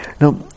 Now